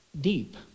deep